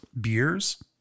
beers